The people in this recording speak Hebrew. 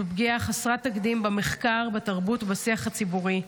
זו פגיעה חסרת תקדים במחקר, בתרבות ובשיח הציבורי.